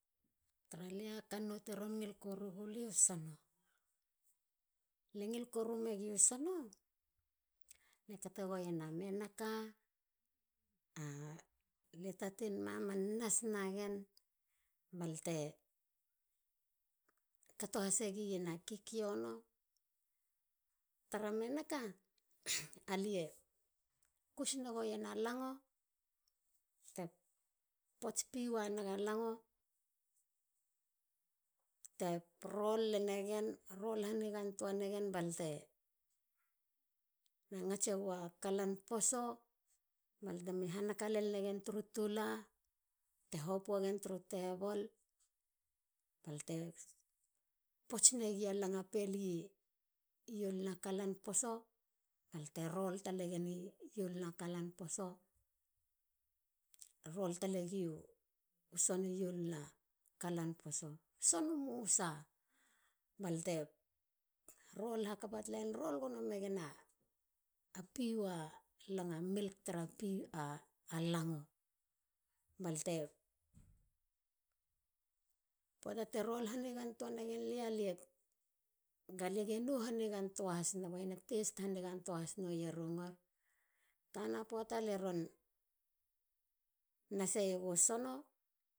Tara lia kannou teron ngile koruugulia u sono. lie ngil koru eiiega sono. lie ka te guen a menaka. a lie taten maman nas nagen balte kato hasegien a kikiono. Tara menaka. alie kus naguen a lango. pots piwa naga lango te roll lanagen. roll hanigantoa nagen balte na ngats egua kalan poso balte mi ha naka len nagen turu tula. te hopu egen turu table balte roll talegen i iol na kalan poso balte roll balte roll talegen i iolna kalan poso. sonu musa balte roll hakapa talegen. roll gono len megen a piwa milk tara lango balte. poata te roll hanigantoa nagen lia. alia. ge nou hanigantoanagen. e teist hanigantoa ni rungur. tana poata lie ron nas iegu sono.